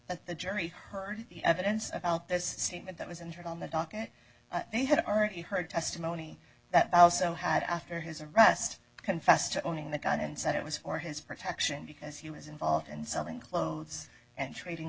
at the jury heard the evidence about this scene that was entered on the docket he had already heard testimony that also had after his arrest confessed to owning the gun and said it was for his protection because he was involved in selling clothes and trading